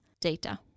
data